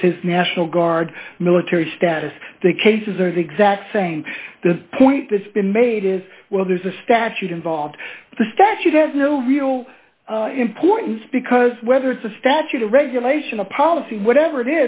says national guard military status the cases are the exact same the point that's been made is well there's a statute involved the statute has no real importance because whether it's a statute a regulation a policy whatever it